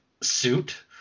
suit